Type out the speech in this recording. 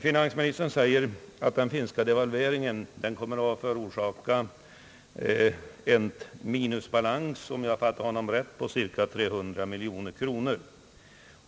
Finansministern säger att den finska devalveringen kommer att förorsaka en minusbalans, om jag fattade honom rätt, på cirka 300 miljoner kronor.